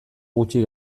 gutxi